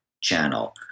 channel